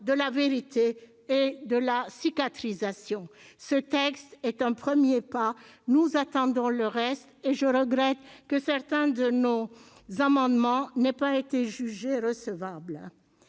de la vérité et de la cicatrisation. Ce texte est un premier pas : nous attendons la suite. À ce titre, je regrette que certains de nos amendements n'aient pas été jugés recevables.